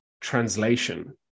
translation